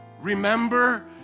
remember